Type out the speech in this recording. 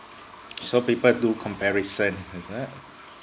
so people do comparison is it